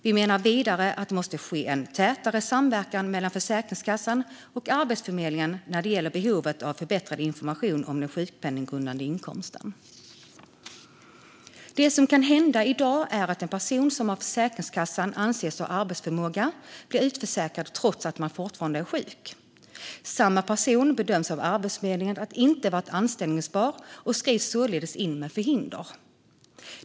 Vi menar vidare att det måste ske en tätare samverkan mellan Försäkringskassan och Arbetsförmedlingen när det gäller behovet av förbättrad information om den sjukpenninggrundande inkomsten. Det som kan hända i dag är att en person som av Försäkringskassan anses ha arbetsförmåga blir utförsäkrad trots att personen fortfarande är sjuk. Samma person bedöms av Arbetsförmedlingen inte vara anställbar och skrivs således in med förhinder.